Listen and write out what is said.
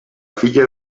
filla